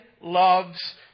loves